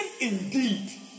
indeed